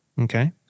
okay